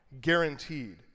Guaranteed